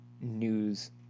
news